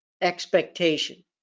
expectation